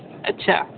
अच्छा